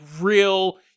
real